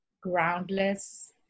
groundless